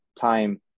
time